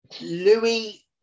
Louis